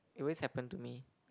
it always happen to me